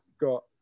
got